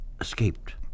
escaped